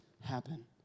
happen